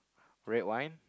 red wine